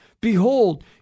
behold